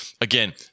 Again